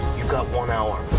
you've got one hour.